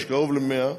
יש קרוב ל-100,